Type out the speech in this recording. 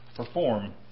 Perform